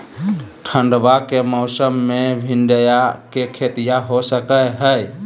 ठंडबा के मौसमा मे भिंडया के खेतीया हो सकये है?